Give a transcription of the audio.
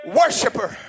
worshiper